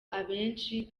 abenshi